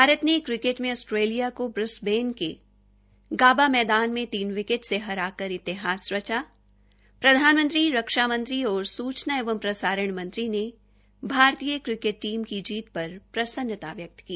भारत ने क्रिकेट में ऑस्ट्रेलिया को ब्रिसबेन के गाबा मैदान में तीन विकेट से हराकर इतिहास रचा प्रधानमंत्री रक्षा मंत्री और सूचना एवं प्रसारण मंत्री ने भारतीय क्रिकेट टीम की जीत पर प्रसन्नता व्यक्त की